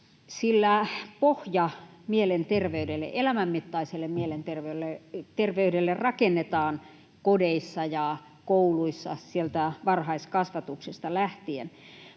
elämänmittaiselle mielenterveydelle, rakennetaan kodeissa ja kouluissa, sieltä varhaiskasvatuksesta lähtien.